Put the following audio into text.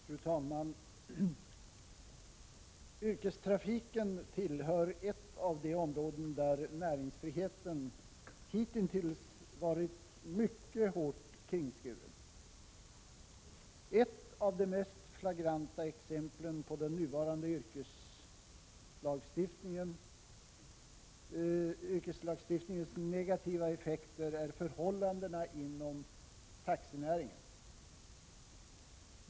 Fru talman! Yrkestrafiken tillhör de områden där näringsfriheten hitintills varit mycket hårt kringskuren. Ett av de mest flagranta exemplen på den nuvarande yrkeslagstiftningens negativa effekter är förhållandena inom taxinäringen.